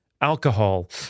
Alcohol